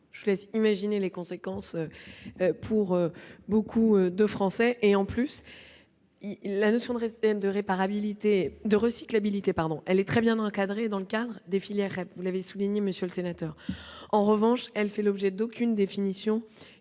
Je vous laisse imaginer les conséquences pour beaucoup de Français. En outre, si la notion de recyclabilité est très bien encadrée dans les filières REP, comme vous l'avez souligné, monsieur le sénateur, elle ne fait l'objet d'aucune définition